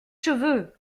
cheveux